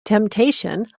temptation